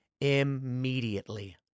immediately